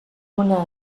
una